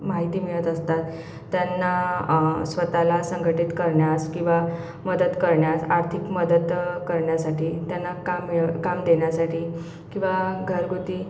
माहिती मिळत असतात त्यांना स्वतःला संघटित करण्यास किंवा मदत करण्यास आर्थिक मदत क करण्यासाठी त्यांना काम मिळवून काम देण्यासाठी किंवा घरगुती